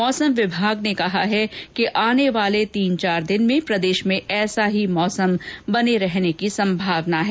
मौसम विभाग ने कहा है कि आने वाले तीन चार दिन प्रदेश में ऐसा ही मौसम रहने की संभावना है